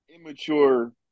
immature